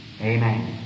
Amen